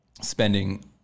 spending